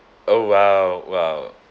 oh !wow! !wow!